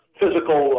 physical